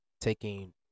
taking